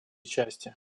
части